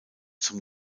zum